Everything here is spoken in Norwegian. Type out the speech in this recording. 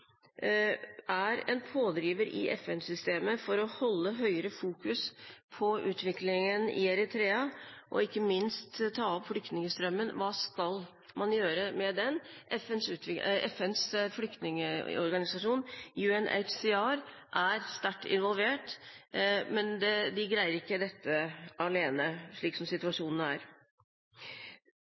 er en pådriver i FN-systemet for å fokusere sterkere på utviklingen i Eritrea og ikke minst ta opp flyktningstrømmen. Hva skal man gjøre med den? FNs flyktningorganisasjon, UNHCR, er sterkt involvert, men de greier ikke dette alene, slik situasjonen er.